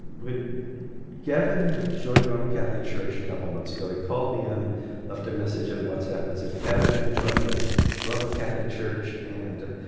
when gavin joined the roman catholic church a couple months ago, he called me and left a message in whatsapp and said kevin, i joined the roman catholic church, and